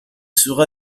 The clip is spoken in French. sera